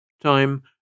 Time